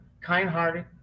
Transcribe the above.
kind-hearted